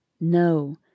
No